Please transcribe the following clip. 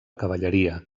cavalleria